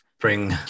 bring